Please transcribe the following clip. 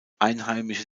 einheimische